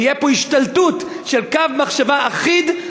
ותהיה פה השתלטות של קו מחשבה אחיד,